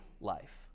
life